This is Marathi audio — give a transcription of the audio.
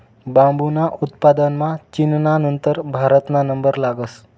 बांबूना उत्पादनमा चीनना नंतर भारतना नंबर लागस